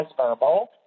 verbal